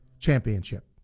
championship